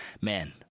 Man